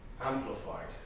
amplified